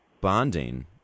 bonding